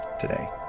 today